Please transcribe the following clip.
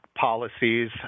policies